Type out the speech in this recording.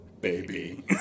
baby